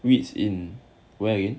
REITs in where again